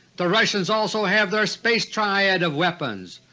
the russians also have their space triad of weapons,